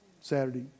Saturday